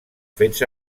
fets